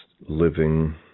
living